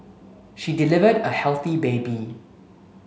she delivered a healthy baby